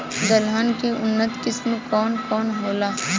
दलहन के उन्नत किस्म कौन कौनहोला?